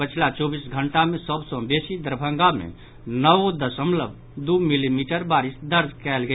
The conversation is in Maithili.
पछिला चौबीस घंटा मे सभ सॅ बेसी दरभंगा मे नओ दशमलव दू मिलीमीटर बारिश दर्ज कयल गेल